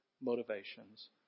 motivations